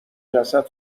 جسد